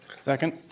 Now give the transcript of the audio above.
Second